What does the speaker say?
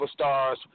superstars